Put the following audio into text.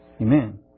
Amen